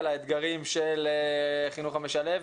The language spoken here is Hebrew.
על האתגרים של החינוך המשלב,